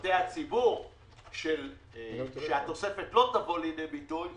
משרתי הציבור שהתוספת לא תבוא לידי ביטוי,